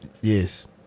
Yes